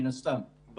מן הסתם,